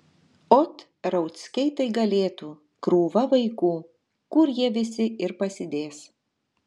ot rauckiai tai galėtų krūva vaikų kur jie visi ir pasidės